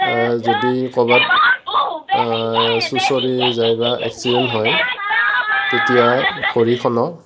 যদি ক'ৰবাত চুচঁৰি যায় বা এক্সিডেণ্ট হয় তেতিয়া ভৰিখনক